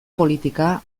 politika